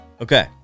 Okay